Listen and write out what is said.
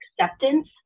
acceptance